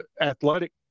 athletic